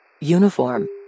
Uniform